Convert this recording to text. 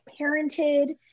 parented